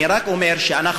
אני רק אומר שאנחנו,